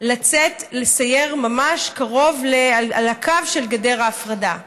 לצאת לסייר ממש על הקו של גדר ההפרדה.